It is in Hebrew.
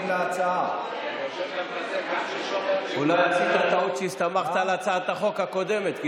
אמרת את זה לא בהקשר של הצעת החוק הזאת, למה?